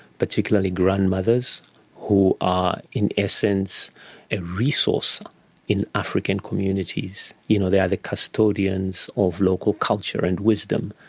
particularly grandmothers who are in essence a resource in african communities. you know they are the custodians of local culture and wisdom,